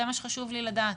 זה מה שחשוב לי לדעת.